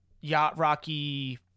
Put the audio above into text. yacht-rocky